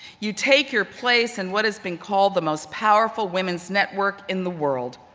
you take your place in what has been called the most powerful women's network in the world,